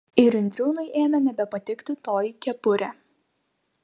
ir indriūnui ėmė nebepatikti toji kepurė